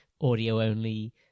audio-only